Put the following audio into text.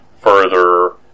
further